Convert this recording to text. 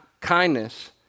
kindness